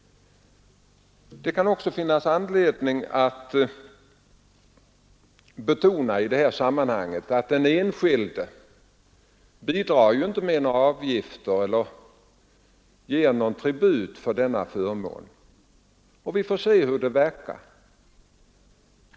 Det kan också finnas anledning att betona i detta sammanhang att den enskilde inte bidrar med några avgifter eller ger någon tribut för denna förmån. Vi får se hur detta verkar.